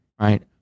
right